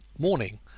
morning